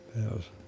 Yes